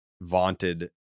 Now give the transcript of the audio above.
vaunted